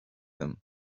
them